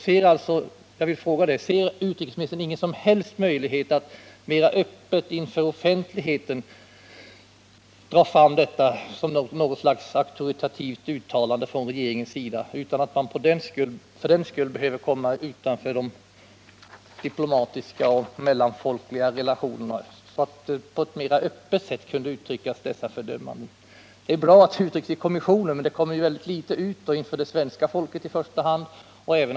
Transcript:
Jag vill därför fråga: Ser utrikesministern ingen som helst möjlighet för regeringen att mera öppet inför offentligheten föra fram detta i något slags auktoritativt uttalande, utan att vi för den skull behöver riskera att ställas utanför de dimplomatiska och mellanfolkliga relationerna? Man skulle önska att detta fördömande kunde uttryckas på ett mera öppet sätt. Det är givetvis bra att regeringens inställning kommer till uttryck i kommissionen, men mycket litet av detta kommer ju ut till i första hand svenska folket men även till den internationella opinionen i övrigt.